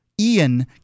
Ian